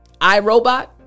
iRobot